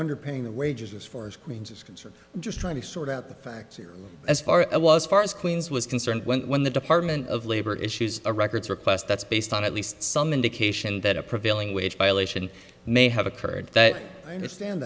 underpaying the wages for screens is concerned just trying to sort out the facts here as far as i was far as queens was concerned when when the department of labor issues a records request that's based on at least some indication that a prevailing wage violation may have occurred but i understand